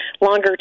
longer